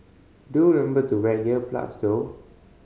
do remember to wear ear plugs though